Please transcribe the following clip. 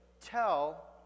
tell